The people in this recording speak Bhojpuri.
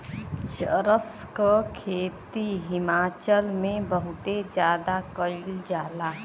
चरस क खेती हिमाचल में बहुते जादा कइल जाला